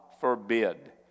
forbid